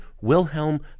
Wilhelm